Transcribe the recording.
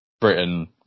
Britain